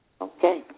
Okay